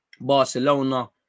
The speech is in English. Barcelona